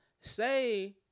say